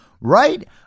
Right